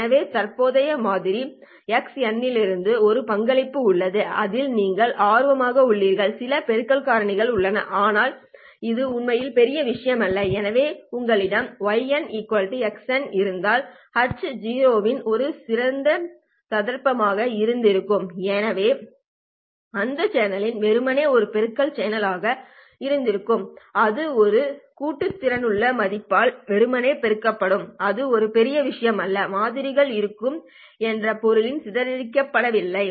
எனவே தற்போதைய மாதிரி x இலிருந்து ஒரு பங்களிப்பு உள்ளது அதில் நீங்கள் ஆர்வமாக உள்ளீர்கள் சில பெருக்கல் காரணிகள் உள்ளன ஆனால் இது உண்மையில் பெரிய விஷயமல்ல எனவே உங்களிடம் y x இருந்தால் h இது ஒரு சிறந்த சந்தர்ப்பமாக இருந்திருக்கும் ஏனெனில் அந்த சேனலில் வெறுமனே ஒரு பெருக்கல் சேனலாக இருந்திருக்கும் அது ஒரு கூட்டு திறனுள்ள மதிப்பால் வெறுமனே பெருக்கப்படும் அது ஒரு பெரிய விஷயமல்ல மாதிரிகள் இருக்கும் என்ற பொருளில் சிதைக்கப்படவில்லை